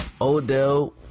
Odell